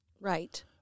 Right